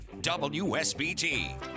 WSBT